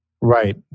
Right